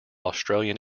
australian